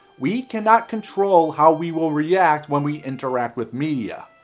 we cannot control how we will react when we interact with media.